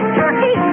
turkey